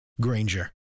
Granger